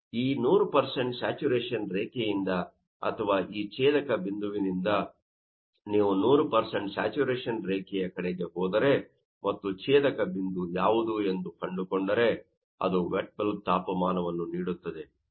ಆದ್ದರಿಂದ ಈ 100 ಸ್ಯಾಚುರೇಶನ್ ರೇಖೆಯಿಂದ ಅಥವಾ ಈ ಛೇದಕ ಬಿಂದುವಿನಿಂದ ನೀವು 100 ಸ್ಯಾಚುರೇಶನ್ ರೇಖೆಯ ಕಡೆಗೆ ಹೋದರೆ ಮತ್ತು ಛೇದಕ ಬಿಂದು ಯಾವುದು ಎಂದು ಕಂಡುಕೊಂಡರೆ ಅದು ವೆಟ್ ಬಲ್ಬ್ ತಾಪಮಾನವನ್ನು ನೀಡುತ್ತದೆ